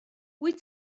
wyt